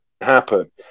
happen